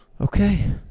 Okay